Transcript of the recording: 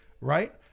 right